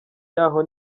y’aho